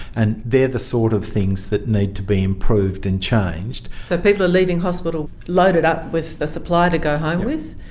and they're the sort of things that need to be improved and changed. so people are leaving hospital loaded up with a supply to go home with.